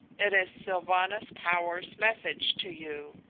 it is sylvanus power's message to you,